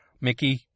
Mickey